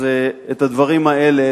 אז את הדברים האלה,